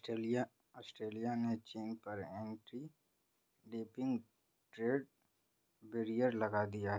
Australia ने चीन पर एंटी डंपिंग ट्रेड बैरियर लगा दिया